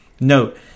Note